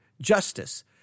justice